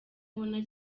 abona